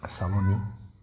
চালনি